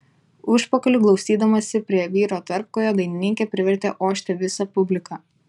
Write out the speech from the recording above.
užpakaliu glaustydamasi prie vyro tarpkojo dainininkė privertė ošti visą publiką